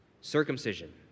Circumcision